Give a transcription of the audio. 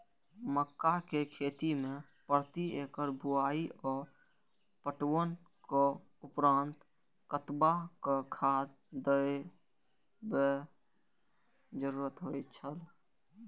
मक्का के खेती में प्रति एकड़ बुआई आ पटवनक उपरांत कतबाक खाद देयब जरुरी होय छल?